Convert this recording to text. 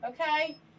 okay